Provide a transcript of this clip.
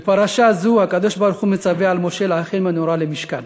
בפרשה זו הקדוש-ברוך-הוא מצווה על משה להכין מנורה למשכן,